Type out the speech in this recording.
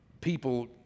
people